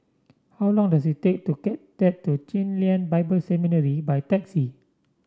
how long does it take to get to Chen Lien Bible Seminary by taxi